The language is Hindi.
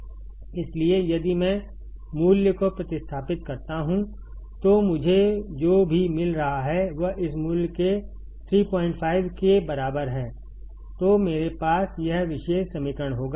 इसलिए यदि मैं मूल्य को प्रतिस्थापित करता हूं तो मुझे जो भी मिल रहा है वह इस मूल्य के 35 के बराबर है तो मेरे पास यह विशेष समीकरण होगा